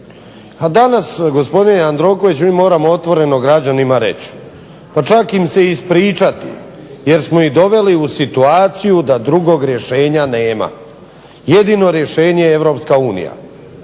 A danas gospodine Jandrokoviću mi moramo otvoreno građanima reći pa čak im se i ispričati jer smo ih doveli u situaciju da drugog rješenja nema. Jedino rješenje je EU.